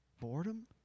boredom